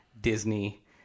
Disney